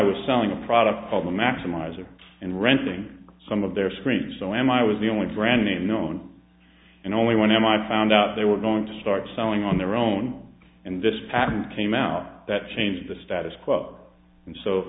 was selling a product called a maximizer and renting some of their screen so am i was the only brand name known and only one am i found out they were going to start selling on their own and this patent came out that changed the status quo and so